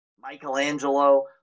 Michelangelo